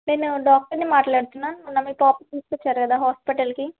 నేను డాక్టర్ని మాట్లాడుతున్నాను మొన్న మీ పాప తీసుకు వచ్చారు కదా హాస్పిటల్కి